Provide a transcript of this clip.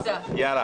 הצבעה אושרה.